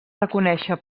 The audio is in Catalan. reconèixer